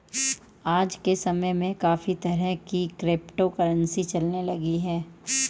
आज के समय में काफी तरह की क्रिप्टो करंसी चलने लगी है